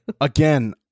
Again